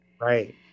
Right